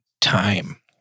time